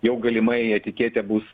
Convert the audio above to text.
jau galimai etiketė bus